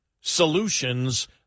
solutions